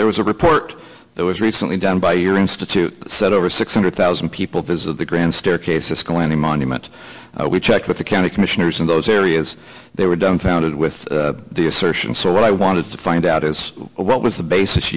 there was a report that was recently done by your institute said over six hundred thousand people visit the grand staircase this go any monument we checked with the county commissioners in those areas they were dumbfounded with the assertion so what i wanted to find out is what was the basis